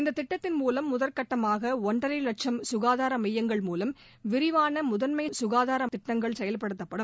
இந்த திட்டத்தின் மூலம் முதல் கட்டமாக ஒன்றரை வட்சம் குகாதார மையங்கள் மூலம் விரிவாள முதன்மை கனதார திட்டங்கள் செயல்படுத்தப்படும்